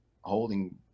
Holding